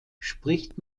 spricht